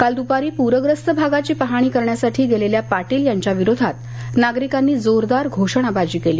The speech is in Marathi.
काल दुपारी प्रग्रस्त भागाची पाहणी करण्यासाठी गेलेल्या पाटील यांच्याविरोधात नागरिकांनी जोरदार घोषणाबाजी केली